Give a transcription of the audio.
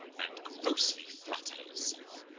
and grossly flatter yourself.